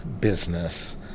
business